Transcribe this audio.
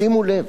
שימו לב,